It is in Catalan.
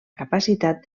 capacitat